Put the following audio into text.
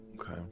Okay